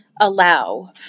allow